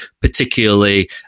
particularly